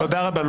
תודה רבה.